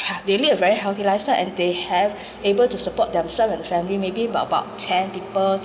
hea~ they lead a very healthy lifestyle and they have able to support themself their family maybe about about ten people